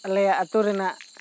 ᱟᱞᱮᱭᱟᱜ ᱟᱛᱳ ᱨᱮᱱᱟᱜ